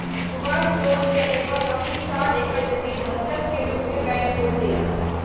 Subhash loan लेने पर अपनी चार एकड़ जमीन बंधक के रूप में बैंक को दें